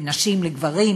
בין נשים לגברים,